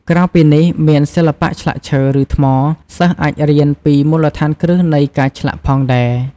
ក្រៅពីនេះ មានសិល្បៈឆ្លាក់ឈើ ឬថ្ម សិស្សអាចរៀនពីមូលដ្ឋានគ្រឹះនៃការឆ្លាក់ផងដែរ។